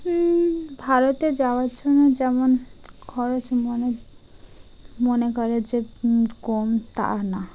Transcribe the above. ভারতে যাওয়ার জন্য যেমন খরচ মনে মনে করে যে কম তা না